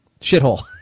Shithole